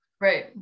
Right